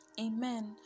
Amen